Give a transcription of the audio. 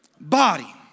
body